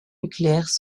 nucléaire